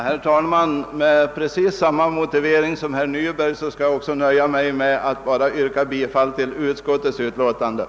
Herr talman! Med precis samma motivering som herr Nyberg anförde skall jag nöja mig med att yrka bifall till utskottets hemställan.